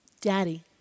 Daddy